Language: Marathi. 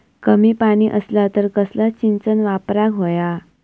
कमी पाणी असला तर कसला सिंचन वापराक होया?